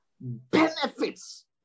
benefits